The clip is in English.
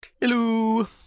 Hello